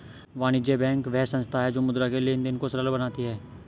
वाणिज्य बैंक वह संस्था है जो मुद्रा के लेंन देंन को सरल बनाती है